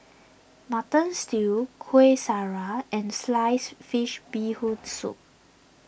Mutton Stew Kuih Syara and Sliced Fish Bee Hoon Soup